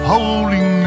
Holding